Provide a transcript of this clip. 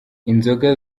inzoga